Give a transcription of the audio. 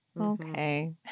Okay